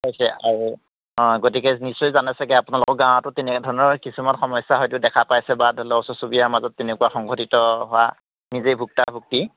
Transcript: হৈছে আৰু গতিকে নিশ্চয় জানে চাগৈ আপোনালোকৰ গাঁৱতো তেনেধৰণৰ কিছুমান সমস্যা হয়তো দেখা পাইছে বা ওচৰ চুবুৰীয়াৰ মাজত তেনেকুৱা সংঘটিত হোৱা নিজে ভুক্তাভোগী